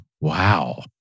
Wow